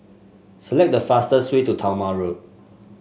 select the fastest way to Talma Road